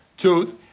Tooth